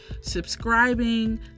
subscribing